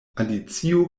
alicio